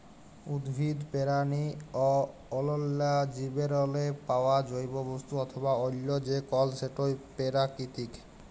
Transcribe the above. উদ্ভিদ, পেরানি অ অল্যাল্য জীবেরলে পাউয়া জৈব বস্তু অথবা অল্য যে কল সেটই পেরাকিতিক